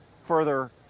further